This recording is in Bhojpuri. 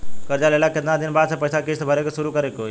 कर्जा लेला के केतना दिन बाद से पैसा किश्त भरे के शुरू करे के होई?